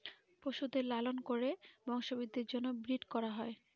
পশুদের লালন করে বংশবৃদ্ধির জন্য ব্রিড করা হয়